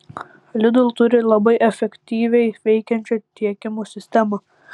lidl turi labai efektyviai veikiančią tiekimo sistemą